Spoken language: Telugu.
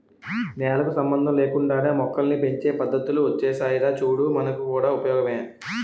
నేలకు సంబంధం లేకుండానే మొక్కల్ని పెంచే పద్దతులు ఒచ్చేసాయిరా చూడు మనకు కూడా ఉపయోగమే